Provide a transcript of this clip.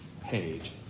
page